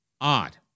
odd